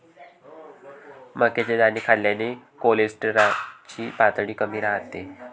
मक्याचे दाणे खाल्ल्याने कोलेस्टेरॉल ची पातळी कमी राहते